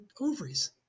ovaries